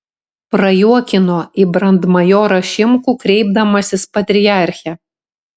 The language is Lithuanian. prajuokino į brandmajorą šimkų kreipdamasis patriarche